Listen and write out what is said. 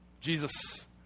jesus